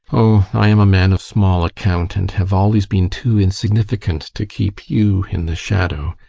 oh, i am a man of small account, and have always been too insignificant to keep you in the shadow.